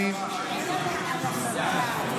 אבל תדבר על השבת ועל הברכה --- אני